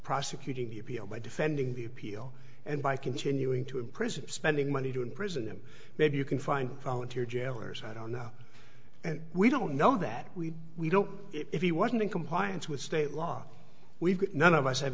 prosecuting the appeal by defending the appeal and by continuing to imprison spending money to imprison them maybe you can find volunteer jailers i don't know and we don't know that we we don't if he wasn't in compliance with state law we none of us have